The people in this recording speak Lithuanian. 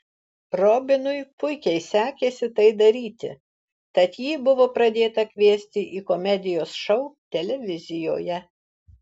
robinui puikiai sekėsi tai daryti tad jį buvo pradėta kviesti į komedijos šou televizijoje